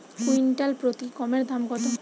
Quintal প্রতি গমের দাম কত?